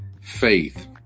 faith